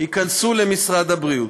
ייכנסו למשרד הבריאות.